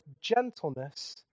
gentleness